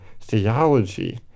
theology